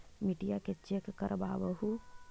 मिट्टीया के चेक करबाबहू?